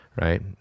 right